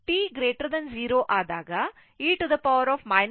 ಇದು i 0 ಮತ್ತು ಈ ಕೆಪಾಸಿಟರ್ ಇಲ್ಲಿದೆ